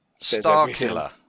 Starkiller